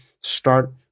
start